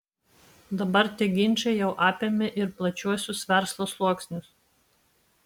dabar tie ginčai jau apėmė ir plačiuosius verslo sluoksnius